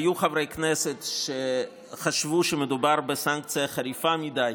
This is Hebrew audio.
היו חברי כנסת שחשבו שמדובר בסנקציה חריפה מדי,